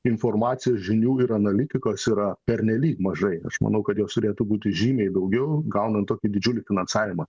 informacijos žinių ir analitikos yra pernelyg mažai aš manau kad jos turėtų būti žymiai daugiau gaunant tokį didžiulį finansavimą